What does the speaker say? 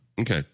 Okay